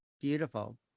beautiful